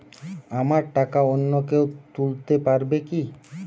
আমার টাকা অন্য কেউ তুলতে পারবে কি?